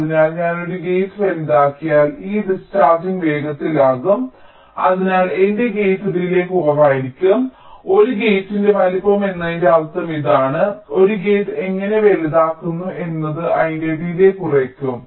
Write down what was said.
അതിനാൽ ഞാൻ ഒരു ഗേറ്റ് വലുതാക്കിയാൽ ഈ ഡിസ്ചാർജിംഗ് വേഗത്തിലാകും അതിനാൽ എന്റെ ഗേറ്റ് ഡിലേയ് കുറവായിരിക്കും അതിനാൽ ഒരു ഗേറ്റിന്റെ വലുപ്പം എന്നതിന്റെ അർത്ഥം ഇതാണ് ഒരു ഗേറ്റ് എങ്ങനെ വലുതാക്കുന്നു എന്നത് അതിന്റെ ഡിലേയ് കുറയ്ക്കും